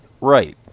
Right